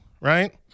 right